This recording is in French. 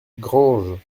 granges